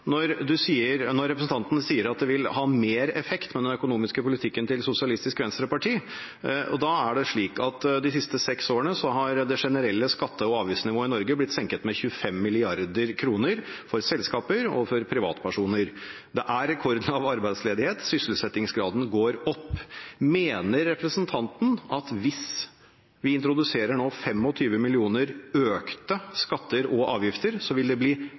den økonomiske politikken til Sosialistisk Venstreparti vil ha mer effekt. De siste seks årene har det generelle skatte- og avgiftsnivået i Norge blitt senket med 25 mrd. kr for selskaper og for privatpersoner. Det er rekordlav arbeidsledighet, og sysselsettingsgraden går opp. Mener representanten at hvis vi nå introduserer 25 mill. kr i økte skatter og avgifter, vil det bli